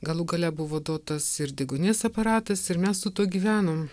galų gale buvo duotas ir deguonies aparatas ir mes su tuo gyvenom